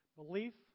belief